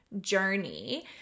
journey